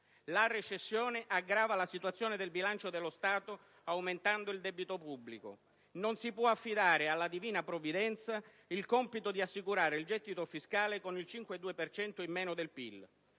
La recessione aggrava la situazione del bilancio dello Stato aumentando il debito pubblico. Non si può affidare alla divina provvidenza il compito di assicurare il gettito fiscale con il 5,2 per cento in meno del PIL: